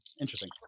Interesting